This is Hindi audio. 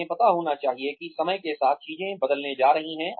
उन्हें पता होना चाहिए कि समय के साथ चीजें बदलने जा रही हैं